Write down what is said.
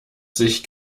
sich